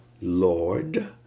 Lord